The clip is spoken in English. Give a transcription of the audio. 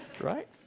Right